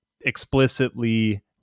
explicitly